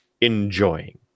enjoying